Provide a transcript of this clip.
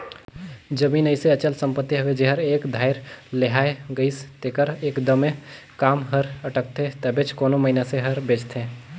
जमीन अइसे अचल संपत्ति हवे जेहर एक धाएर लेहाए गइस तेकर एकदमे काम हर अटकथे तबेच कोनो मइनसे हर बेंचथे